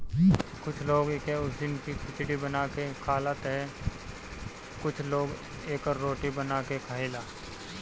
कुछ लोग एके उसिन के खिचड़ी बना के खाला तअ कुछ लोग एकर रोटी बना के खाएला